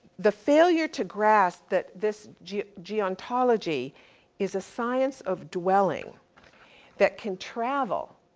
the failure to grasp that this ge, geontology is a science of dwelling that can travel.